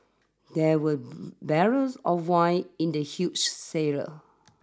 there were barrels of wine in the huge cellar